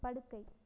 படுக்கை